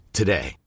today